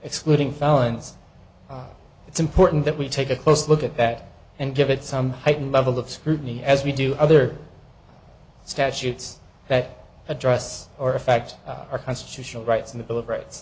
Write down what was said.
excluding felons it's important that we take a close look at that and give it some heightened level of scrutiny as we do other statutes that address or affect our constitutional rights in the bill of right